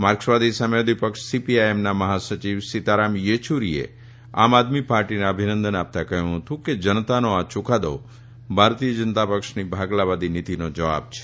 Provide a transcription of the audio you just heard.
માર્કસવાદી સામ્યવાદી પક્ષ સીપીઆઇએમ ના મહા સચિવ સીતારામ થેયુરીએ આમ આદમી પાર્ટીને અભિનંદન આપતાં કહથું હતું કે જનતાનો આ યુકાદો ભારતીય જનતા પક્ષની ભાગલાવાદી નીતીનો જવાબ છે